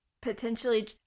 potentially